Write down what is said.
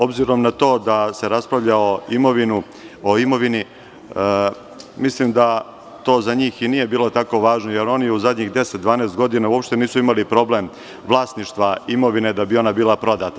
Obzirom na to da se raspravlja o imovini, mislim da to za njih i nije bilo tako važno, jer oni zadnjih 10-12 godina uopšte nisu imali problem vlasništva imovine da bi ona bila prodata.